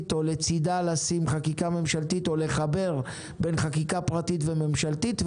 או לצידה לשים חקיקה ממשלתית או לחבר בין חקיקה פרטית וממשלתית,